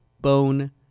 bone